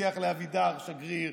מבטיח לאבידר שגריר.